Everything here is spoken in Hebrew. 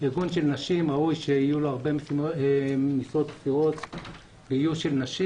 ראוי שיהיו לארגון במשרות בכירות איוש של נשים.